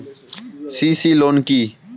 CC loan কি?